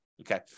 Okay